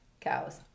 Cows